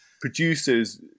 producers